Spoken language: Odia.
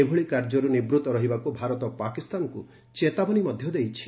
ଏଭଳି କାର୍ଯ୍ୟରୁ ନିବୃତ ରହିବାକୁ ଭାରତ ପାକିସ୍ତାନକୁ ଚେତାବନୀ ଦେଇଛି